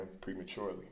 prematurely